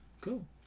Cool